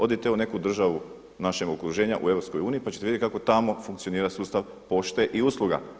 Odite u neku državu u našem okruženju u EU pa ćete vidjeti kako tamo funkcionira sustav pošte i usluga.